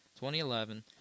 2011